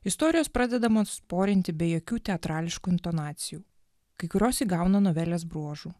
istorijos pradedamos porinti be jokių teatrališkų intonacijų kai kurios įgauna novelės bruožų